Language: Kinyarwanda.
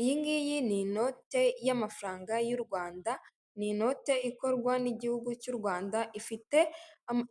Iyi ngiyi ni inote y'amafaranga y'u Rwanda, ni inote ikorwa n'igihugu cy'u Rwanda ifite